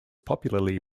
popularly